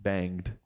Banged